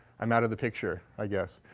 i'm out of the picture i guess.